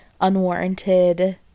unwarranted